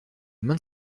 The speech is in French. main